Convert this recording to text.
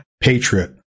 patriot